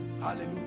Hallelujah